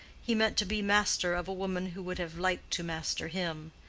he meant to be master of a woman who would have liked to master him,